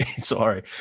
sorry